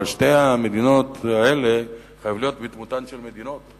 אבל שתי המדינות האלה חייבות להיות בדמותן של מדינות,